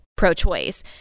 pro-choice